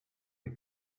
der